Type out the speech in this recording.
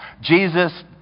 Jesus